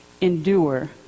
endure